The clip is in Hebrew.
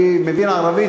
אני מבין ערבית,